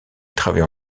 travaille